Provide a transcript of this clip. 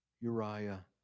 Uriah